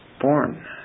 Born